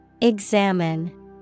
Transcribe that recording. Examine